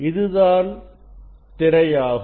இதுதான் திரையாகும்